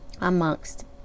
amongst